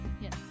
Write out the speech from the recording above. Yes